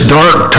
dark